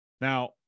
Now